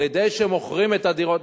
על-ידי שמוכרים את הדירות,